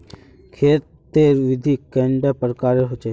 खेत तेर विधि कैडा प्रकारेर होचे?